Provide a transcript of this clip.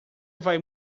vai